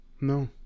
no